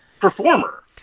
performer